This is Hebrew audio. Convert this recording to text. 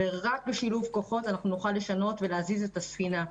רק בשילוב כוחות נוכל לשנות ולהזיז את הספינה.